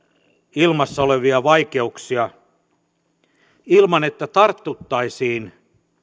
ilmassa olevia vaikeuksia ilman että tartuttaisiin